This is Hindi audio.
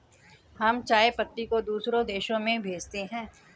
हम चाय पत्ती को दूसरे देशों में भेजते हैं